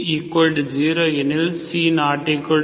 A0 எனில் C≠0